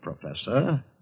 Professor